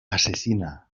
asesina